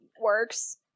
works